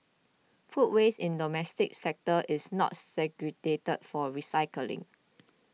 food waste in the domestic sector is not segregated for recycling